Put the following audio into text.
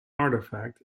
artifact